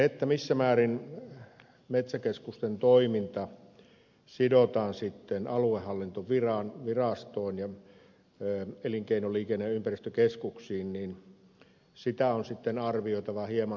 sitä missä määrin metsäkeskusten toiminta sidotaan aluehallintovirastoon ja elinkeino liikenne ja ympäristökeskuksiin on arvioitava hieman laajemmin